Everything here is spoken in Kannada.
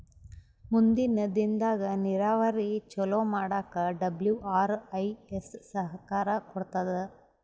ಮುಂದಿನ್ ದಿನದಾಗ್ ನೀರಾವರಿ ಚೊಲೋ ಮಾಡಕ್ ಡಬ್ಲ್ಯೂ.ಆರ್.ಐ.ಎಸ್ ಸಹಕಾರ್ ಕೊಡ್ತದ್